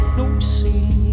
noticing